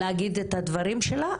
להגיד את הדברים שלה,